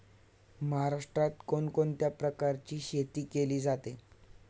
महाराष्ट्रात कोण कोणत्या प्रकारची शेती केली जाते?